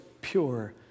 pure